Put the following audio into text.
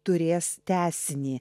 turės tęsinį